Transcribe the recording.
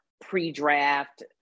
pre-draft